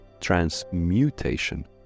transmutation